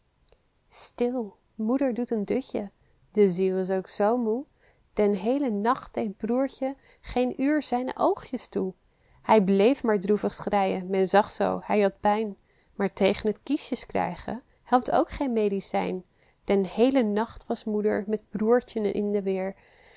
stil moeder doet een dutje de ziel is ook zoo moê den heelen nacht deed broertje geen uur zijne oogjes toe hij bleef maar droevig schreien men zag zoo hij had pijn maar tegen t kiesjes krijgen helpt ook geen medicijn den heelen nacht was moeder met broertjen in de weer